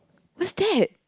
what's that